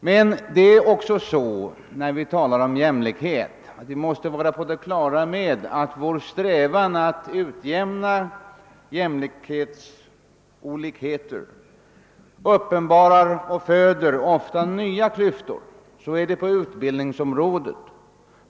Men när vi talar om jämlikhet måste vi också vara på det klara med att vår strävan att utjämna klyftor ofta uppenbarar och föder nya klyftor. Så är det på utbildningsområdet.